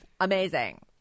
Amazing